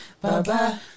bye-bye